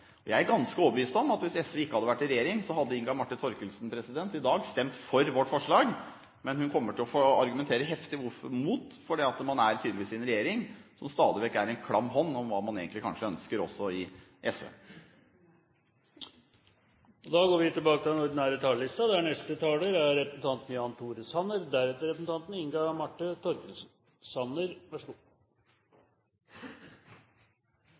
Jeg er ganske overbevist om at hvis SV ikke hadde vært i regjering, hadde Inga Marte Thorkildsen i dag stemt for vårt forslag. Men hun kommer til å argumentere heftig mot, fordi man tydeligvis er i en regjering som stadig vekk legger en klam hånd over hva man egentlig ønsker, også i SV. Replikkordskiftet er omme. Samtidig som vi i Norge diskuterer hvordan vi skal fordele veksten, vet vi at i mange andre europeiske land og